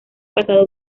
pasado